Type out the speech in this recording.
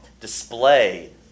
display